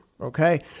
Okay